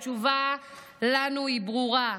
לנו התשובה היא ברורה.